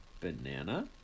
banana